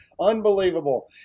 Unbelievable